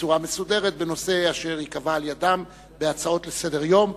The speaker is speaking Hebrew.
בצורה מסודרת בנושא אשר ייקבע על-ידן בהצעות לסדר-יום.